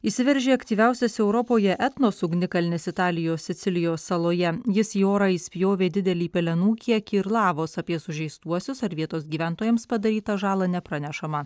išsiveržė aktyviausias europoje etnos ugnikalnis italijos sicilijos saloje jis į orą išspjovė didelį pelenų kiekį ir lavos apie sužeistuosius ar vietos gyventojams padarytą žalą nepranešama